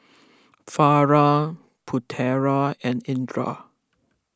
Farah Putera and Indra